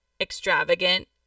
extravagant